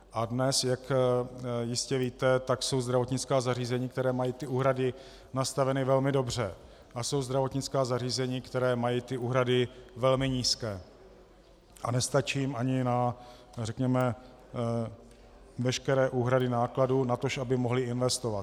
A dnes, jak jistě víte, jsou zdravotnická zařízení, která mají úhrady nastaveny velmi dobře, a jsou zdravotnická zařízení, která mají úhrady velmi nízké a nestačí jim ani na, řekněme, veškeré úhrady nákladů, natož aby mohla investovat.